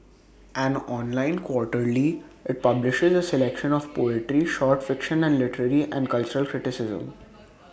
an online quarterly IT publishes the selection of poetry short fiction and literary and cultural criticism